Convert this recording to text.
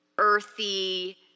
earthy